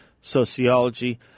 sociology